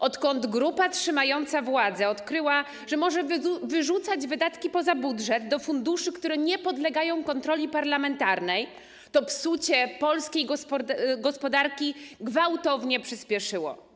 Odkąd grupa trzymająca władzę odkryła, że może wyrzucać wydatki poza budżet, do funduszy, które nie podlegają kontroli parlamentarnej, to psucie polskiej gospodarki gwałtownie przyspieszyło.